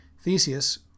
Theseus